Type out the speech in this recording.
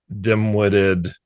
dim-witted